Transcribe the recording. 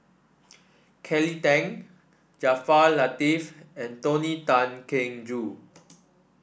Kelly Tang Jaafar Latiff and Tony Tan Keng Joo